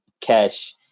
cash